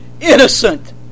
innocent